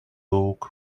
look